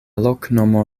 loknomo